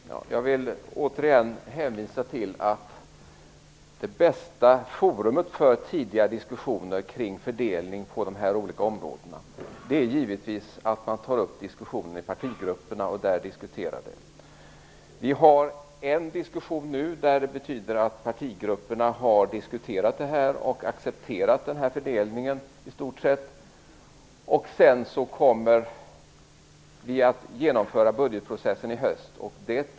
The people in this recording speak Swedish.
Fru talman! Jag vill återigen hänvisa till att det bästa forumet för tidiga diskussioner kring fördelning på de här olika områdena givetvis är partigrupperna. Vi har en diskussion nu som betyder att partigrupperna har diskuterat detta och i stort sett accepterat den här fördelningen. Sedan kommer vi att genomföra budgetprocessen i höst.